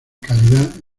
calidad